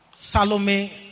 Salome